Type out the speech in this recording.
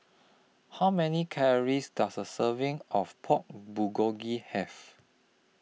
How Many Calories Does A Serving of Pork Bulgogi Have